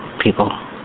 people